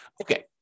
Okay